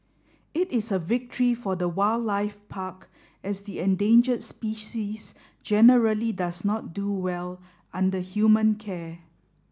it is a victory for the wildlife park as the endangered species generally does not do well under human care